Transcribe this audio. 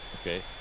okay